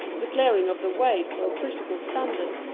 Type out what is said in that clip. the clearing of the way for a critical standard,